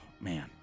man